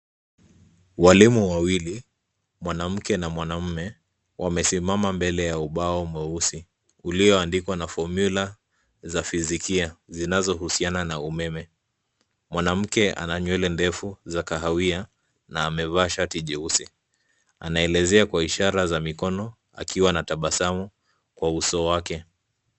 Walimu wawili mwanamke na mwanamme wamesimama mbele ya ubao mweusi ulioandikwa na fomulae za fizikia zinazohusiana na umeme mwanamke ananywele ndefu za kahawia na amevaa shati jeusi anaelezea kwa ishara za mikono akiwa natabasamu kwa usoni